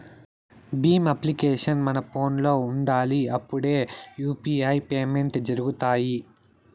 Bhim application మన ఫోనులో ఉండాలి అప్పుడే యూ.పీ.ఐ పేమెంట్స్ జరుగుతాయి